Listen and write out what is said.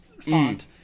font